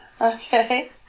Okay